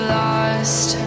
lost